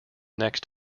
next